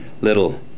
little